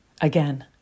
again